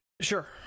Sure